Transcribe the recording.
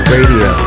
Radio